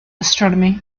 astronomy